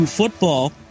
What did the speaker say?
football